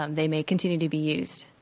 um they may continue to be used.